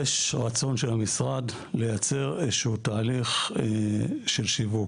יש רצון של המשרד לייצר איזשהו תהליך של שיווק.